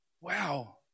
Wow